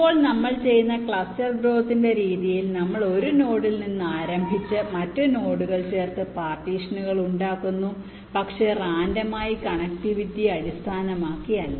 ഇപ്പോൾ നമ്മൾ ചെയ്യുന്ന ക്ലസ്റ്റർ ഗ്രോത്തിന്റെ രീതിയിൽ നമ്മൾ ഒരു നോഡിൽ നിന്ന് ആരംഭിച്ച് മറ്റ് നോഡുകൾ ചേർത്ത് പാർട്ടീഷനുകൾ ഉണ്ടാക്കുന്നു പക്ഷേ റാൻഡമായി കണക്റ്റിവിറ്റിയെ അടിസ്ഥാനമാക്കിയല്ല